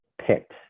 picked